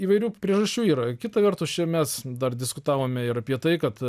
įvairių priežasčių yra kita vertus čia mes dar diskutavome ir apie tai kad